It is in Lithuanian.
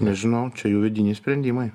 nežinau čia jų vidiniai sprendimai